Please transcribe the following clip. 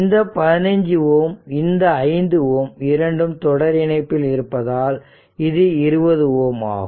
இந்த 15Ω இந்த 5Ω இரண்டும் தொடர் இணைப்பில் இருப்பதால் இது 20 Ω ஆகும்